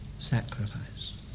sacrifice